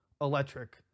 electric